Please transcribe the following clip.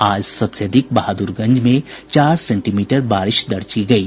आज सबसे अधिक बहादुरगंज में चार सेंटीमीटर बारिश दर्ज की गयी